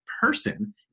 person